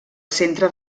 centre